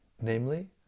namely